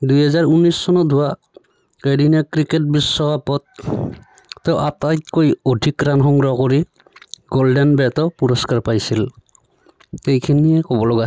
দুই হাজাৰ ঊনৈছ চনত হোৱা এদিনীয়া ক্ৰিকেট বিশ্বকাপত তেওঁ আটাইতকৈ অধিক ৰাণ সংগ্ৰহ কৰি গ'ল্ডেন বেটো পুৰস্কাৰ পাইছিল ত' এইখিনিয়ে ক'ব লগা